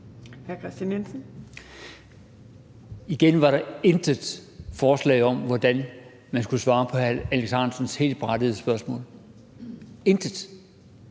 Der var igen intet forslag til, hvordan man vil svare på hr. Alex Ahrendtsens helt berettigede spørgsmål – intet.